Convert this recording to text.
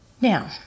now